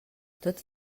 tot